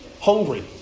hungry